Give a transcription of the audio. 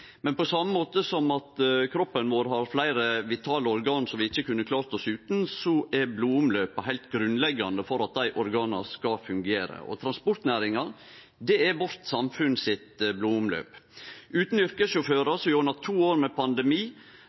Men på same måte som at kroppen vår har fleire vitale organ som vi ikkje kunne klart oss utan, er blodomløpet heilt grunnleggjande for at dei organa skal fungere. Transportnæringa er vårt samfunn sitt «blodomløp». Utan yrkessjåførar som gjennom to år med pandemi